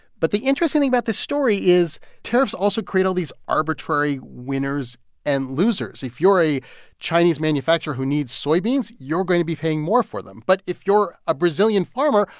but the interesting thing about this story is tariffs also create all these arbitrary winners and losers. if you're a chinese manufacturer who needs soybeans, you're going to be paying more for them. but if you're a brazilian farmer,